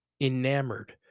enamored